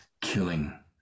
killing